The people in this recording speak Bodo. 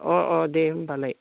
अ अ दे होनबालाय